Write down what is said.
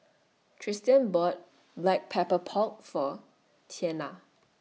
Tristian bought Black Pepper Pork For Tianna